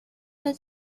los